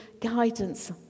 guidance